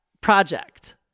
project